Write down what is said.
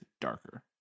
Darker